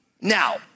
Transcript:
Now